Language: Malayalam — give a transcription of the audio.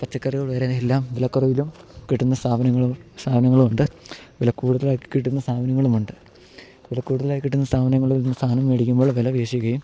പച്ചക്കറികൾ വരെ എല്ലാം വിലക്കുറവിലും കിട്ടുന്ന സ്ഥാപനങ്ങളും സാധനങ്ങളും ഉണ്ട് വില കൂടുതലായി കിട്ടുന്ന സാധനങ്ങളും ഉണ്ട് വില കൂടുതലായി കിട്ടുന്ന സ്ഥാപനങ്ങളിൽ നിന്ന് സാധനം മേടിക്കുമ്പോൾ വില പേശുകയും